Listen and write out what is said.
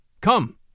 Come